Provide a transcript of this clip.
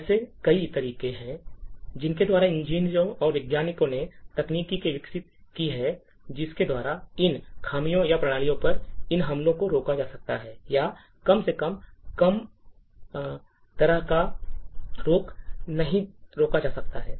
ऐसे कई तरीके हैं जिनके द्वारा इंजीनियरों और वैज्ञानिकों ने तकनीकें विकसित की हैं जिनके द्वारा इन खामियों या प्रणालियों पर इन हमलों को रोका जा सकता है या कम से कम कम से कम पूरी तरह से रोका नहीं जा सकता है